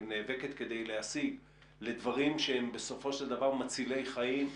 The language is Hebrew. נאבקת כדי להשיג לדברים שהם בסופו של דבר מצילי חיים,